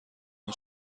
اون